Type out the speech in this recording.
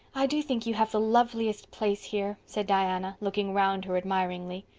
i do think you have the loveliest place here, said diana, looking round her admiringly.